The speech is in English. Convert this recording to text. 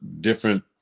different